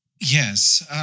Yes